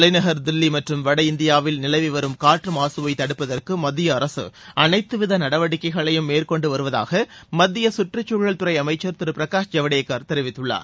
தலைநகர் தில்லி மற்றும் வட இந்தியாவில் நிலவி வரும் காற்று மாசுவை தடுப்பதற்கு மத்திய அரசு அளைத்துவித நடவடிக்கைகளையும் மேற்கொண்டு வருவதாக மத்திய கற்றுக்சூழல் துறை அளமச்சா் திரு பிரகாஷ் ஜவடேகர் தெரிவித்துள்ளார்